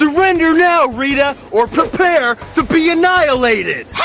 surrender now, rita, or prepare to be annihilated!